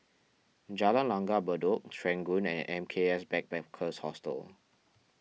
Jalan Langgar Bedok Serangoon and M K S Backpackers Hostel